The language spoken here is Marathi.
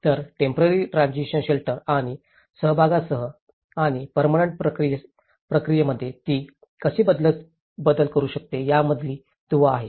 तर टेम्पोरारी ट्रान्सिशन शेल्टर आणि सहभागासह आणि पर्मनंट प्रक्रियेमध्ये ती कशी बदल करू शकते यामधील दुवा आहे